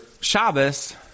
Shabbos